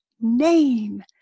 name